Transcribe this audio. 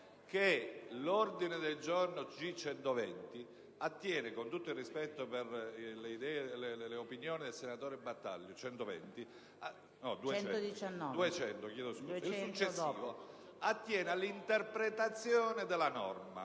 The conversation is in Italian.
l'ordine del giorno G200, così com'è, attiene, con tutto il rispetto per le opinioni del senatore Battaglia, all'interpretazione della norma,